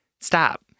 stop